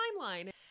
timeline